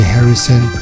Harrison